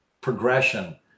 progression